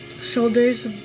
shoulders